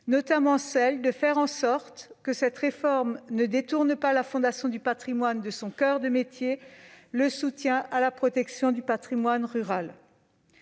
notamment celle de faire en sorte que cette réforme ne détourne pas la Fondation du patrimoine de son coeur de métier : le soutien à la protection du patrimoine rural.